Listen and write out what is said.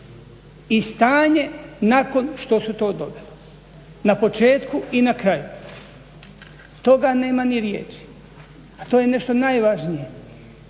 i stanje nakon što su to dobili, na početku i na kraju. Toga nema ni riječi, a to je nešto najvažnije.